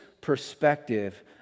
perspective